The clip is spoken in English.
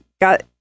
got